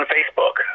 Facebook